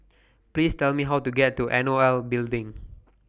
Please Tell Me How to get to N O L Building